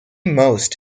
most